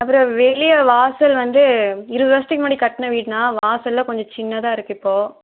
அப்புறம் வெளியே வாசல் வந்து இருபது வருஷத்துக்கு முன்னாடி கட்டின வீடுனால வாசல் எல்லாம் கொஞ்சம் சின்னதாக இருக்கு இப்போ